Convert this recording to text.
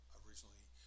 originally